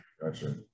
gotcha